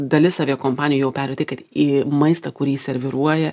dalis aviakompanijų jau perėjo į tai kad į maistą kurį serviruoja